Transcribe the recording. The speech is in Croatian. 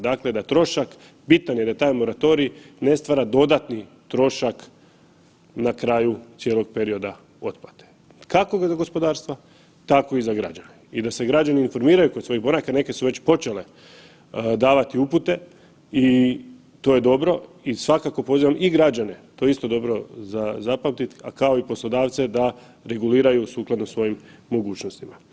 Dakle, da trošak bitan je da taj moratorij ne stvara dodatni trošak na kraju cijelog perioda otplate, kako za gospodarstva tako i za građane i da se građani informiraju kod svojih banaka neke su već počele davati upute i to je dobro i svakako pozivam i građane, to je isto dobro za zapamtiti, a kao i poslodavce da reguliraju sukladno svojim mogućnostima.